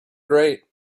great